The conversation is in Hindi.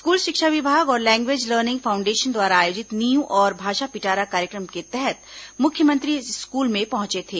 स्कूल शिक्षा विभाग और लैग्वेज लर्निंग फांउडेशन द्वारा आयोजित नींव और भाषा पिटारा कार्यक्रम के तहत मुख्यमंत्री इस स्कूल में पहंचे थे